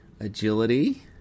Agility